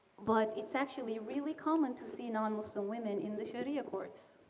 but it's actually really common to see non-muslim women in the sharia courts,